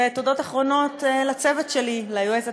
ותודות אחרונות, לצוות שלי, ליועצת